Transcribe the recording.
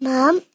Mom